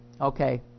Okay